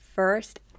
first